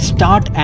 Start